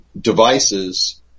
devices